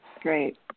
Great